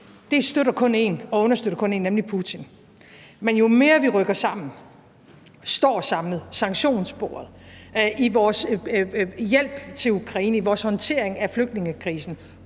støtter og understøtter kun én, nemlig Putin. Men jo mere vi rykker sammen, står sammen om sanktionssporet i vores hjælp til Ukraine, i vores håndtering af flygtningekrisen